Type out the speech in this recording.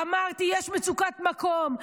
אמרתי: יש מצוקת מקום.